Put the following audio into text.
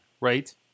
right